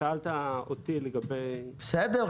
שאלת אותי לגבי -- בסדר,